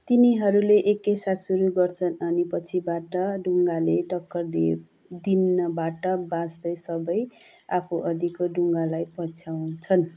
तिनीहरूले एकैसाथ सुरु गर्छन् अनि पछिबाट डुङ्गाले टक्कर दिन दिनबाट बाँच्दै सबैले आफूअघिको डुङ्गालाई पछ्याउँछन्